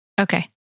Okay